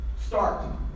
start